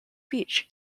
beach